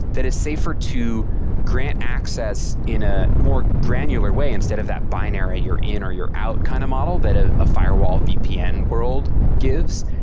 that t's safer to grant access in a more granular way instead of that binary, you're in or you're out kind of model that ah a firewall vpn world gives,